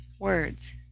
words